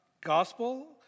gospel